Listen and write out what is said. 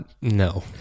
no